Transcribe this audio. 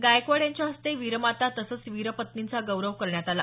गायकवाड यांच्या हस्ते वीरमाता तसंच वीरपत्नींचा गौरव करण्यात आला